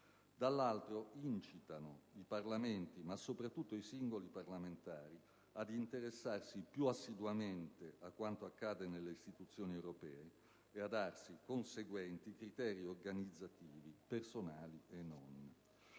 dall'altro incitano i Parlamenti, ma soprattutto i singoli parlamentari, ad interessarsi più assiduamente a quanto accade nelle istituzioni europee e a darsi conseguenti criteri organizzativi, personali e non